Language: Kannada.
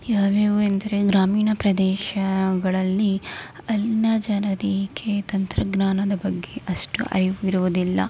ಯಾವ್ಯಾವು ಎಂದರೆ ಗ್ರಾಮೀಣ ಪ್ರದೇಶಗಳಲ್ಲಿ ಅಲ್ಲಿನ ಜನರಿಗೆ ತಂತ್ರಜ್ಞಾನದ ಬಗ್ಗೆ ಅಷ್ಟು ಅರಿವು ಇರುವುದಿಲ್ಲ